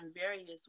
various